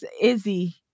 izzy